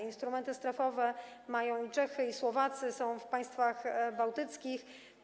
Instrumenty strefowe mają Czechy i Słowacja, są one w państwach bałtyckich.